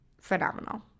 phenomenal